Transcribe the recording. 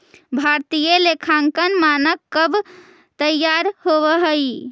भारतीय लेखांकन मानक कब तईयार होब हई?